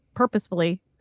purposefully